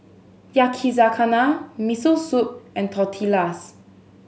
Yakizakana Miso Soup and Tortillas